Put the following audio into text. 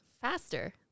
faster